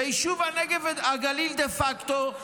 ויישוב הנגב והגליל, דה פקטו,